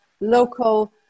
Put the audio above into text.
local